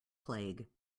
plague